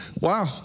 Wow